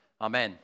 Amen